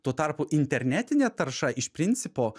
tuo tarpu internetinė tarša iš principo